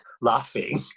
laughing